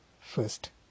first